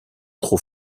trop